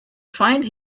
find